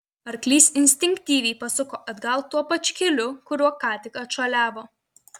arklys instinktyviai pasuko atgal tuo pačiu keliu kuriuo ką tik atšuoliavo